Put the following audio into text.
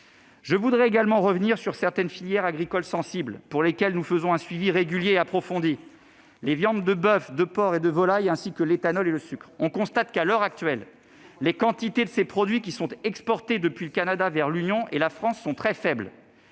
Je voudrais également revenir sur certaines filières agricoles sensibles pour lesquelles nous faisons un suivi régulier approfondi, à savoir les viandes de boeuf, de porc et de volaille, ainsi que l'éthanol et le sucre. À l'heure actuelle, les quantités exportées depuis le Canada vers l'Union et la France sont très faibles